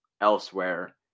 elsewhere